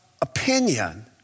opinion